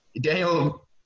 Daniel